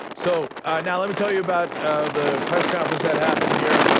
so ah now let me tell you about the press conference that happened here.